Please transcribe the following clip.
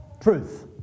truth